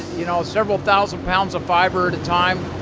you know, several thousand pounds of fiber at a time